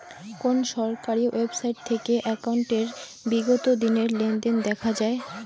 কোন সরকারি ওয়েবসাইট থেকে একাউন্টের বিগত দিনের লেনদেন দেখা যায়?